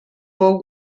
fou